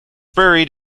buried